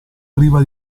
priva